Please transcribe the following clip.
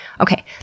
okay